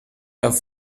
have